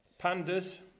pandas